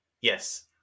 Yes